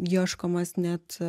ieškomas net